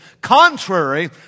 contrary